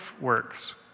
works